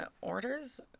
orders